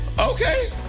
Okay